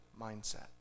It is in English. mindset